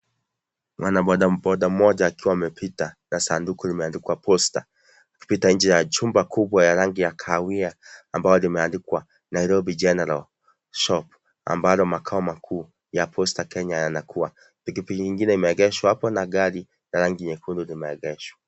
Mwana bodaboda mmoja akiwa amepita na sanduku limeandikwa posta . Amepita inje ya jengo kubwa ya rangi ya kahawia, ambalo limeandikwa Nairobi General Shop ambalo makao makuu ya Posta Kenya yanakuwa. Pikipiki ingine imeegeshwa hapo na gari ya rangi nyekundu limeegeshwa.